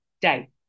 day